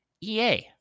EA